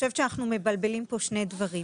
שאנחנו מבלבלים פה שני דברים.